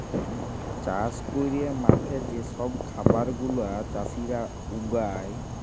চাষ ক্যইরে মাঠে যে ছব খাবার গুলা চাষীরা উগায়